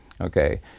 okay